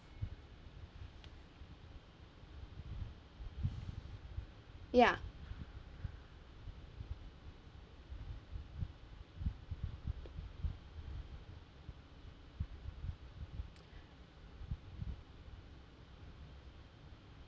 ya